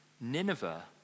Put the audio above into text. Nineveh